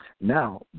Now